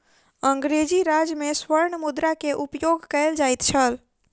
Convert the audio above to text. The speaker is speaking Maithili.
अंग्रेजी राज में स्वर्ण मुद्रा के उपयोग कयल जाइत छल